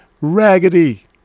raggedy